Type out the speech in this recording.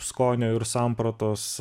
skonio ir sampratos